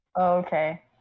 Okay